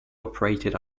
operated